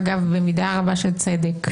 אגב במידה רבה של צדק,